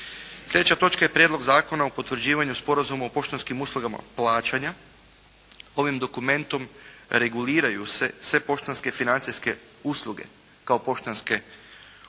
Sljedeća točka je Prijedlog zakona o potvrđivanju sporazuma u poštanskim uslugama plaćanja. Ovim dokumentom reguliraju se sve poštanske financijske usluge kao poštanske uputnice,